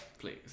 Please